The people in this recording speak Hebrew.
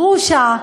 גרושה,